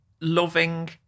Loving